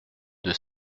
deux